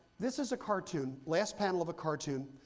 this is a cartoon, last panel of a cartoon,